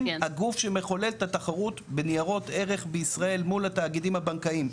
הם הגוף שמחולל את התחרות בניירות ערך בישראל מול התאגידים הבנקאיים,